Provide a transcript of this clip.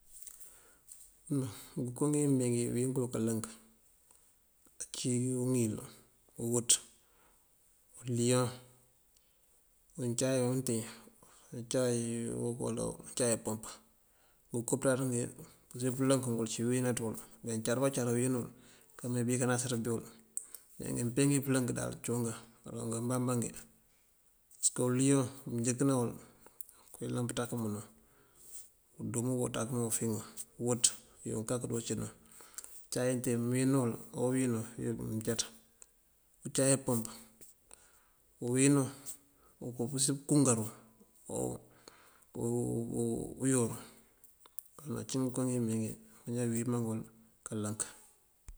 Ngënkoongimee uwíngël kalënk ací uŋil, uwëţ, ulilyoŋ, ucáay imtiŋ, ucáay umpëëmp, kopëţaţ ngi uncí pëlënkëwël, uníibi uwináaţëwul. Maancarëba këecar awín nëwël, kame bi káanánţar bí uwël. Leengi ngil peengi pëlënk daal ciingún ngán ngaloŋ ngaambáangi. Parësëk uliyoŋ mëënjënk di uuwël ayëlan pëëntáa këëmbínú, undúmuuba unţáakëëmbínú ufiŋú, uwët uyunk kak ucíndun ucáay imtiŋ mëë ínëëwul, owínú mëëncáţ. Ucáay umpëëmp uwínú oko apusi pënkungaru uniwun. Ngeko ngíimeengí máanjá winëmbáwul kalënk.